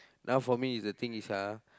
now for me the thing is ah